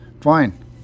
fine